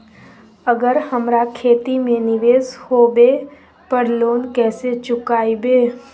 अगर हमरा खेती में निवेस होवे पर लोन कैसे चुकाइबे?